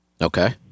Okay